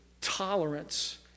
Tolerance